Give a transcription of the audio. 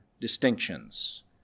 distinctions